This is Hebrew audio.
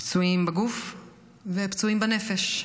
פצועים בגוף ופצועים בנפש.